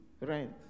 Rent